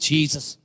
Jesus